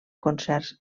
concerts